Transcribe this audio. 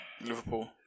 Liverpool